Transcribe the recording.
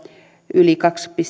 yli kahden pilkku